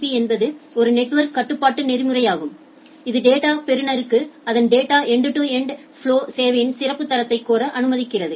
B என்பது ஒரு network கட்டுப்பாட்டு நெறிமுறையாகும் இது டேட்டா பெறுநருக்கு அதன் டேட்டா எண்டு டு எண்டு ஃபலொவிற்கான சேவையின் சிறப்பு தரத்தை கோர அனுமதிக்கிறது